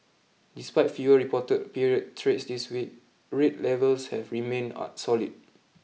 despite fewer reported period trades this week rate levels have remained solid